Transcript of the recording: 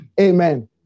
Amen